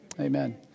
Amen